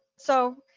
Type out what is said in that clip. so,